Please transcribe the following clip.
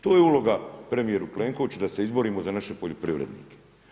To je uloga premijeru Plenkoviću da se izborimo za naše poljoprivrednike.